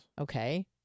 Okay